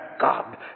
God